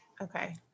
Okay